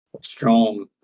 Strong